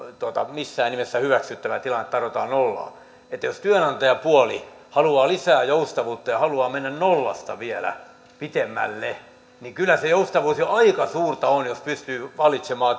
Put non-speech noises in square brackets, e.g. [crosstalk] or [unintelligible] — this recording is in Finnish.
missään nimessä hyväksyttävä tilanne että tarjotaan nollaa jos työnantajapuoli haluaa lisää joustavuutta ja haluaa mennä nollasta vielä pidemmälle niin kyllä se joustavuus jo aika suurta on jos työnantaja pystyy valitsemaan [unintelligible]